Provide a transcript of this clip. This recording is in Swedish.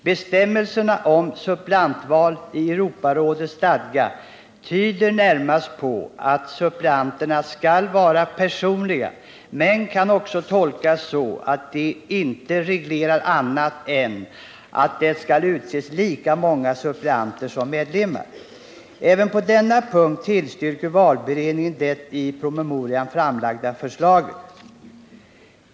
Bestämmelserna om suppleantval i Europarådets stadga tyder närmast på att suppleanterna skall vara personliga men kan också tolkas så att de inte reglerar annat än att det skall utses lika många suppleanter som medlemmar. Även på denna punkt tillstyrker valberedningen det i promemorian framlagda förslaget.